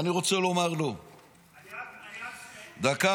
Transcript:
ואני רוצה לומר לו --- אני רק --- דקה,